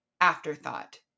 afterthought